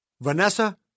Vanessa